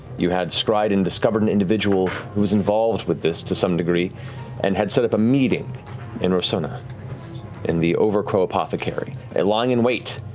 you had scryed and discovered an individual who's involved with this to some degree and had set up a meeting in rosohna in the overcrow apothecary. and, lying in wait,